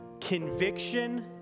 conviction